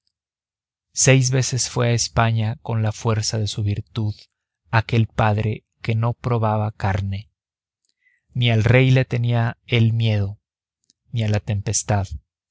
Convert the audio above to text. seis veces fue a españa con la fuerza de su virtud aquel padre que no probaba carne ni al rey le tenía él miedo ni a la tempestad